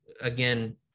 again